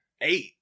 eight